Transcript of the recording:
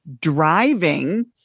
driving